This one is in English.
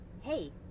hey